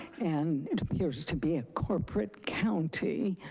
and it appears to be a corporate county,